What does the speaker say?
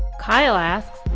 kyle asks,